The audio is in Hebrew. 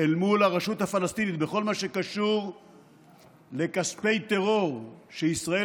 אל מול הרשות הפלסטינית בכל מה שקשור לכספי טרור שישראל